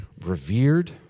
revered